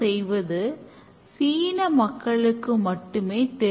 இப்போது இன்னொரு எiஐல் மாடலான 'ஸ்கரம்' பற்றி பார்ப்போம்